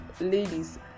ladies